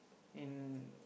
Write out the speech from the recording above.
in